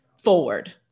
forward